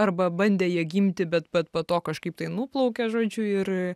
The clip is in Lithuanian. arba bandė jie gimti bet bet po to kažkaip tai nuplaukė žodžiu ir